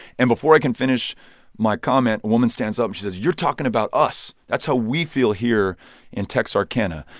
and before i can finish my comment a woman stands up, she says, you're talking about us. that's how we feel here in texarkana.